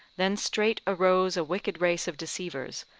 then straight arose a wicked race of deceivers,